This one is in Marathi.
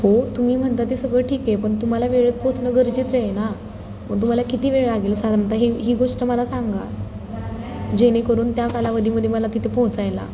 हो तुम्ही म्हणता ते सगळं ठीक आहे पण तुम्हाला वेळेत पोहोचणं गरजेचं आहे ना मग तुम्हाला किती वेळ लागेल साधारणत हे ही गोष्ट मला सांगा जेणेकरून त्या कालावधीमध्ये मला तिथे पोहोचायला